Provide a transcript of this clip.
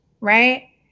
Right